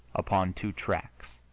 upon two tracks,